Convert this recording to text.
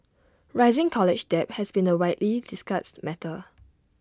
rising college debt has been A widely discussed matter